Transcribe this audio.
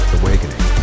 awakening